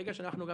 ברגע שאנחנו גם